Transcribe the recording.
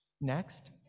Next